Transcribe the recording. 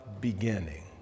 beginning